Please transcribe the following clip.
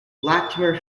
latimer